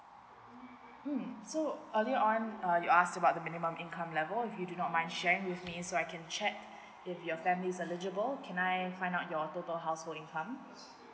mm so early on uh you ask about the minimum income level if you do not mind sharing with me so I can check if your family is eligible can I find out your total household income